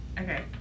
Okay